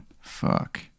Fuck